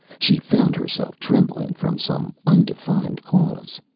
she found herself trembling from some undefined cause.